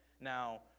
Now